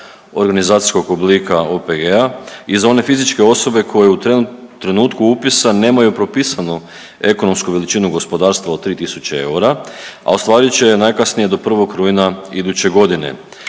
organizacijskog oblika OPG-a i za one fizičke osobe koje u trenutku upisa nemaju propisano ekonomsku veličinu gospodarstva od 3 tisuće eura, a ostvarit će je najkasnije do 1. rujna iduće godine.